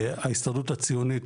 ההסתדרות הציונית,